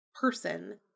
person